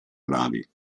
gravi